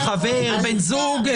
בן זוג,